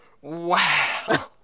Wow